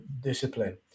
discipline